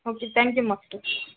okay thank you master